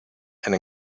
and